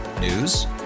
News